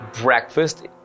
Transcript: breakfast